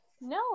no